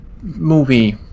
movie